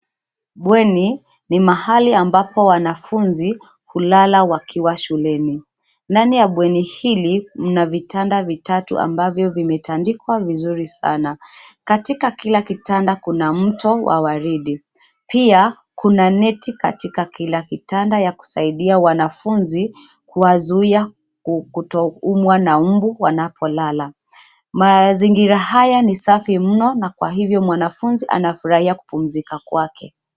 Bweni ni mahali ambapo wanafunzi hulala wakiwa shuleni. Ndani ya mna vitanda vitatu ambavyo vimetandikwa vizuri sana. Katika kila kitanda kuna mto wa waridi. Pia kuna neti katika kila kitanda ya kusadia wanafunzi kuwazuia kutoumwa na mbu wanapolala. Mazingira haya ni safi mno na kwa hivyo mwanafunzi anafurahia kupumzika kwake.